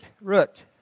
Root